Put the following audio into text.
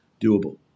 doable